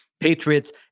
Patriots